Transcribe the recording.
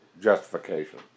justification